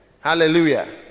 Hallelujah